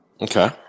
Okay